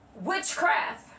Witchcraft